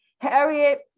harriet